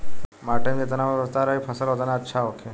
माटी में जेतना उर्वरता रही फसल ओतने अच्छा होखी